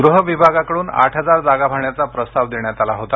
गृह विभागाकडून आठ हजार जागा भरण्याचा प्रस्ताव देण्यात आला होता